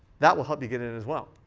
that will help you get in in as well.